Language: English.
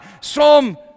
Psalm